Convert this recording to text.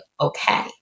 Okay